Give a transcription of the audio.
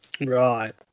Right